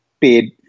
paid